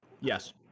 Yes